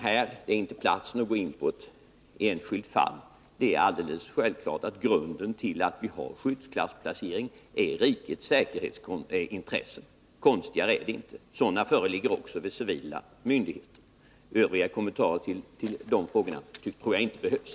Här är inte platsen att gå in på ett enskilt fall. Det är alldeles självklart att grunden till att vi har skyddsklassplacering är rikets säkerhetsintressen — konstigare är det inte. Sådana föreligger också vid civila myndigheter. Övriga kommentarer till dessa frågor tror jag inte behövs.